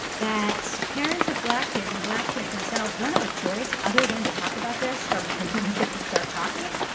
that parents have black kids and black kids themselves don't have a choice other than to talk about this from the moment they could start talking,